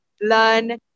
Learn